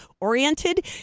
oriented